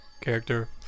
character